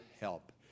help